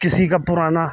किसी का पुराना